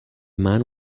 man